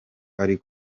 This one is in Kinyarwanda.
ari